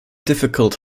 difficult